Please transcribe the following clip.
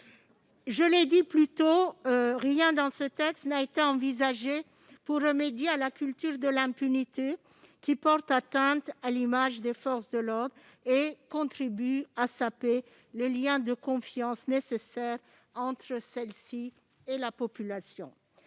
Je l'ai déjà dit, rien dans ce texte n'a été envisagé pour remédier à la culture de l'impunité qui porte atteinte à l'image des forces de l'ordre et contribue à saper le lien de confiance nécessaire entre celles-ci et la population.